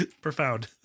profound